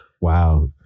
wow